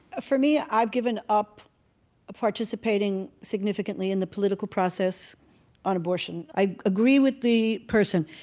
for me, i've given up participating significantly in the political process on abortion. i agree with the person.